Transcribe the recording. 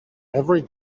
every